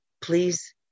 please